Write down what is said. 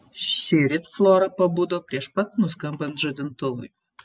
šįryt flora pabudo prieš pat nuskambant žadintuvui